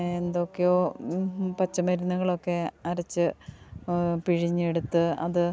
എന്തൊക്കെയോ പച്ച മരുന്നുകളൊക്കെ അരച്ച് പിഴിഞ്ഞെടുത്ത് അത്